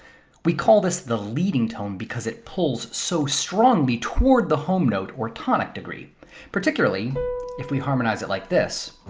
we call this the leading tone because it pulls so strongly toward the home note or tonic degree particularly if we harmonize it like this.